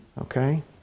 Okay